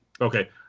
Okay